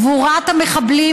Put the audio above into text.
קבורת המחבלים,